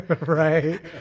Right